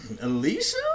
Alicia